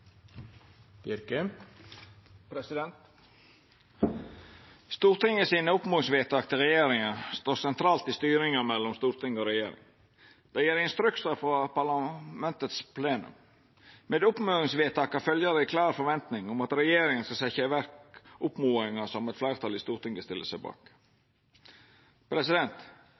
til regjeringa står sentralt i styringa mellom storting og regjering. Dei gjev instruksar frå parlamentets plenum. Med oppmodingsvedtaka følgjer ei klar forventning om at regjeringa skal setja i verk oppmodinga som eit fleirtal i Stortinget stiller seg bak.